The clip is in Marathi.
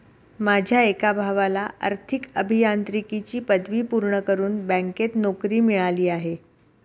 माझ्या एका भावाला आर्थिक अभियांत्रिकीची पदवी पूर्ण करून बँकेत नोकरी मिळाली आहे